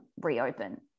reopen